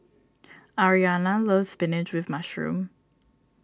Aryana loves Spinach with Mushroom